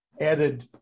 added